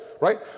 right